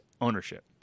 ownership